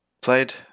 played